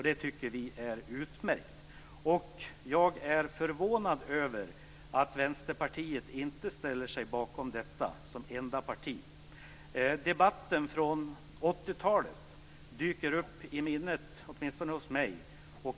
Det tycker vi är utmärkt. Jag är förvånad över att Vänsterpartiet som enda parti inte ställer sig bakom detta. Debatten från 1980-talet dyker upp i minnet åtminstone hos mig.